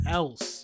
else